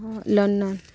London